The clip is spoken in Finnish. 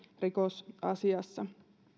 rikosasiassa